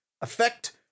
Effect